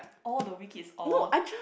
all the Wee kids all